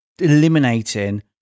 eliminating